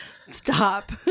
Stop